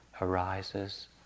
arises